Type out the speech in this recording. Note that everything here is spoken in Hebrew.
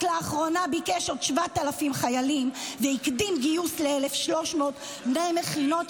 רק לאחרונה ביקש עוד 7,000 חיילים והקדים גיוס ל-1,300 בני מכינות,